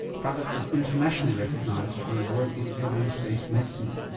prathap is internationally recognised for his work in evidence-based medicine.